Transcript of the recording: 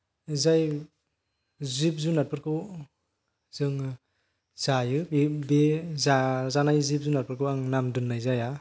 जाय जिब जुनारफोरखौ जोङो जायो बे बेयो जाजानाय जिब जुनारफोरखौ आं नाम दोननाय जाया